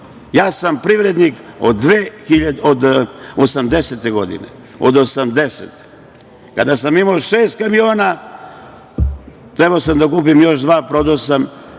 godina. Privrednik sam od 1980. godine. Kada sam imao šest kamiona trebao sam da kupim još dva, prodao